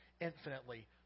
infinitely